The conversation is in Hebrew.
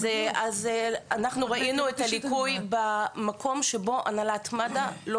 אנחנו ראינו את הליקוי במקום שבו הנהלת מד"א לא